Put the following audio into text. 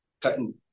cutting